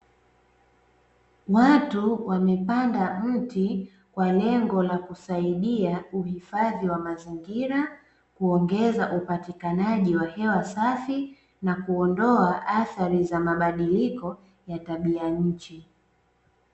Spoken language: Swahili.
Watu wamepanda mti kwa lengo la kusaidia uhifadhi wa mazingira, kuongeza upatikanaji wa hewa safi, na kuondoa athari za mabadiliko ya tabia nchi.